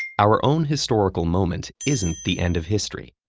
our own historical moment isn't the end of history,